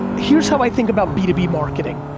here's how i think about b two b marketing.